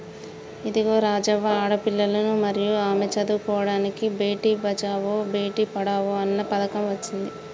ఇదిగో రాజవ్వ ఆడపిల్లలను మరియు ఆమె చదువుకోడానికి బేటి బచావో బేటి పడావో అన్న పథకం అచ్చింది